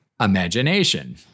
imagination